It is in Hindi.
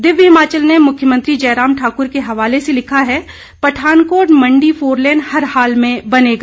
दिव्य हिमाचल ने मुख्यमंत्री जयराम ठाकुर के हवाले से लिखा है पठानकोट मंडी फोरलेन हर हाल में बनेगा